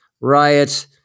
riot